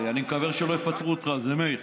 אני מקווה רק שלא יפטרו אותך על זה, מאיר.